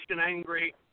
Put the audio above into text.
angry